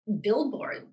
billboard